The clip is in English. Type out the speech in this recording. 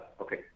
Okay